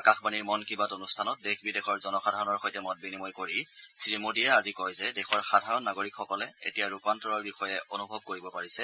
আকাশবাণীৰ মন কী বাত অনুষ্ঠানত দেশ বিদেশৰ জনসাধাৰণৰ সৈতে মত বিনিময় কৰি শ্ৰীমোদীয়ে আজি কয় যে দেশৰ সাধাৰণ নাগৰিকসকলে এতিয়া ৰূপান্তৰৰ বিষয়ে অনুভৱ কৰিব পাৰিছে